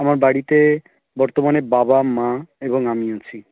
আমার বাড়িতে বর্তমানে বাবা মা এবং আমি আছি